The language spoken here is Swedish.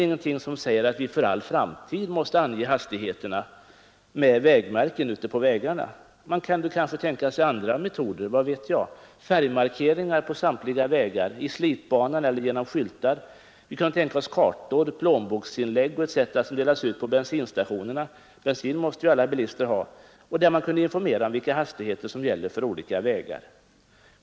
Ingenting säger väl att vi för all framtid måste ange hastigheterna med vägmärken vid vägarna. Man kan kanske tänka sig andra metoder — vad vet jag — t.ex. färgmarkeringar på samtliga vägar, i slitbanan eller genom skyltar. Kartor, plånboksinlägg och liknande kan delas ut på bensinstationerna — bensin måste ju alla bilister ha — med information om vilka hastigheter som gäller för olika vägar.